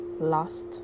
lost